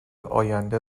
آینده